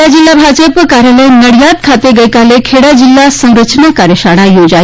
ખેડા જિલ્લા ભાજપ કાર્યાલય નડિયાદ ખાતે ગઈકાલે ખેડા જિલ્લા સંરચના કાર્યશાળા યોજાઈ હતી